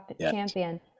champion